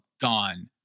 gone